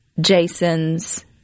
Jason's